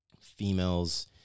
females